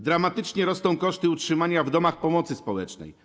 Dramatycznie rosną koszty utrzymania w domach pomocy społecznej.